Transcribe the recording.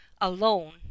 alone